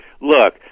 Look